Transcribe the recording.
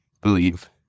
believe